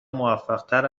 موفقتر